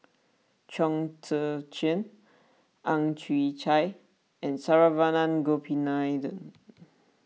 Chong Tze Chien Ang Chwee Chai and Saravanan Gopinathan